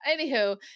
anywho